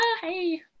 hey